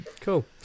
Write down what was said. cool